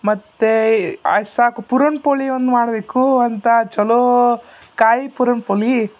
ಮತ್ತು ಅಷ್ಟು ಸಾಕು ಪೂರನ್ ಪೋಳಿಯೊಂದು ಮಾಡಬೇಕು ಅಂತ ಚಲೋ ಕಾಯಿ ಪೂರನ್ ಪೋಳಿ